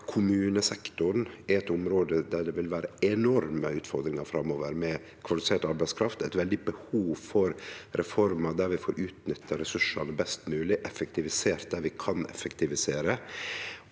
kommunesektoren er eit område der det vil vere enorme utfordringar med kvalifisert arbeidskraft framover. Det er eit veldig behov for reformer der vi får utnytta ressursane best mogleg og effektivisert det vi kan effektivisere.